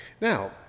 Now